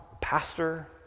pastor